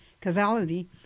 causality